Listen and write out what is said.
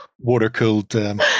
water-cooled